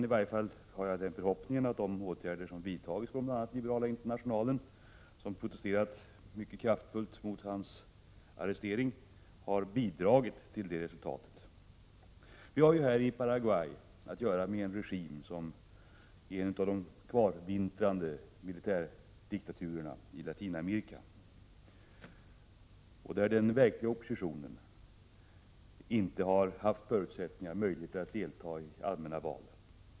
I varje fall hyser jag den förhoppningen att de åtgärder som har vidtagits bl.a. av Liberala internationalen, som har protesterat mycket kraftfullt mot Saguiers arrestering, har bidragit till det goda resultatet. I Paraguay härskar en regim, som är en av de kvarvintrande militärdiktaturerna i Latinamerika. Den verkliga oppositionen har inte haft förutsättningar eller möjligheter att delta i allmänna val.